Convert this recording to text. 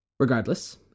Regardless